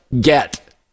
get